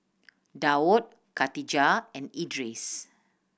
Daud Khatijah and Idris